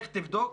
תלך תבדוק,